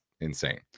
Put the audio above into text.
insane